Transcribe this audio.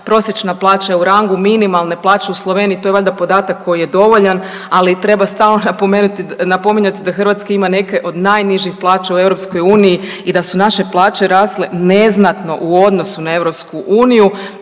prosječna plaća je u rangu minimalne plaće u Sloveniji. To je valjda podatak koji je dovoljan, ali treba stalno napomenuti, napominjati da Hrvatska ima neke od najnižih plaća u EU i da su naše plaće rasle neznatno u odnosu na EU.